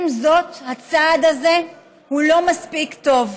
עם זאת, הצעד הזה הוא לא מספיק טוב.